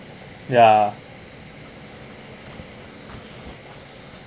ya